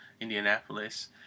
Indianapolis